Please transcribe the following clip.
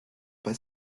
pas